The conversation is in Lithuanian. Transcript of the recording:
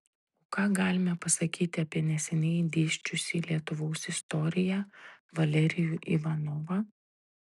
o ką galime pasakyti apie neseniai dėsčiusį lietuvos istoriją valerijų ivanovą